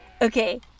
Okay